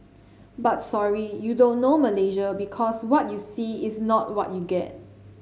but sorry you don't know Malaysia because what you see is not what you get